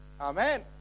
amen